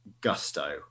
gusto